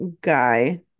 guy